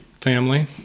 family